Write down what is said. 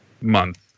month